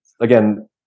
again